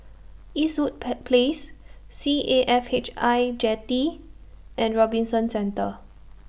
Eastwood pair Place C A F H I Jetty and Robinson Centre